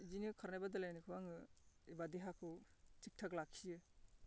बिदिनो खारनाय बादायलायनायखौ आङो एबा देहाखौ थिग थाक लाखियो